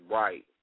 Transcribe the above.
right